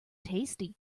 tasty